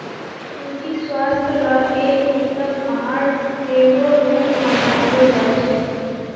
सूजी स्वास्थ्य ल एक उत्तम आहार केरो रूप म जानलो जाय छै